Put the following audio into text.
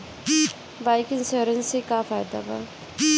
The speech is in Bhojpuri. बाइक इन्शुरन्स से का फायदा बा?